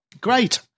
Great